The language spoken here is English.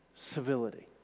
civility